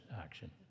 action